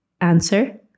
Answer